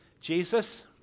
Jesus